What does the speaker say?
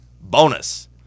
bonus